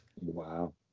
Wow